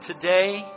today